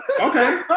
Okay